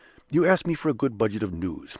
you ask me for a good budget of news,